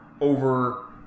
over